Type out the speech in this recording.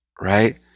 right